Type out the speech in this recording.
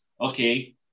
okay